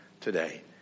today